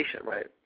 right